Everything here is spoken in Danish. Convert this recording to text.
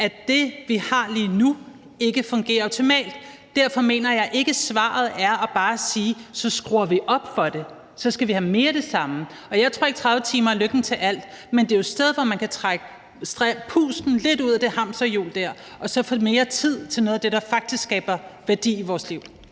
at det, vi har lige nu, ikke fungerer optimalt. Derfor mener jeg ikke, svaret er bare at sige, at så skruer vi op for det, og at vi så skal have mere af det samme. Jeg tror ikke, at 30 timer er lykken til alt, men det er jo et sted, hvor man kan trække pusten lidt ud af det hamsterhjul der og så få mere tid til noget af det, der faktisk skaber værdi i vores liv.